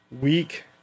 week